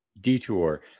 Detour